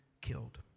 killed